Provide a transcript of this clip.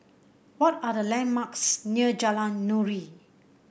what are the landmarks near Jalan Nuri